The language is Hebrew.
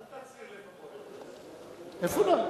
אה,